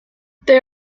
they